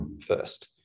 first